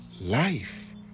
Life